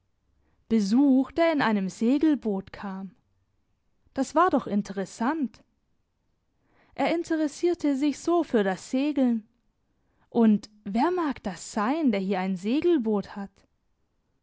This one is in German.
besuch der in einem segelboot kam das war doch interessant er interessierte sich so für das segeln und wer mag das sein der hier ein segelboot hat